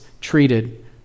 treated